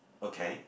okay